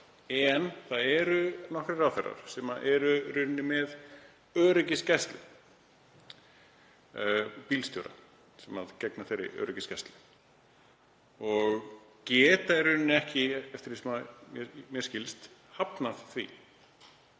En það eru nokkrir ráðherrar sem eru í rauninni með öryggisgæslu, bílstjóra sem gegna þeirri öryggisgæslu, og geta í rauninni ekki, að því að mér skilst, hafnað því,